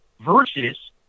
Versus